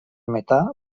metà